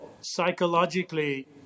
Psychologically